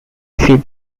seat